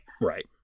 Right